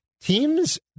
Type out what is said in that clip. teams